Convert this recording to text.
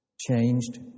changed